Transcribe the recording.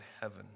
heaven